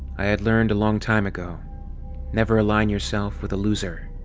i had learned a long time ago never align yourself with a loser.